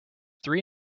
three